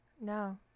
no